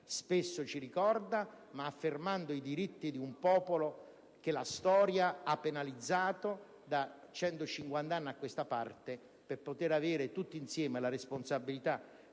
spesso ci ricorda - ma affermando i diritti di un popolo che la storia ha penalizzato da 150 anni a questa parte, per poter tutti, come classe